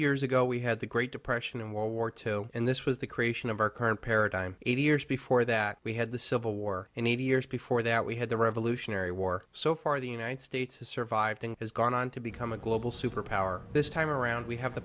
years ago we had the great depression and world war two and this was the creation of our current paradigm eighty years before that we had the civil war and eighty years before that we had the revolutionary war so far the united states has survived and has gone on to become a global superpower this time around we have the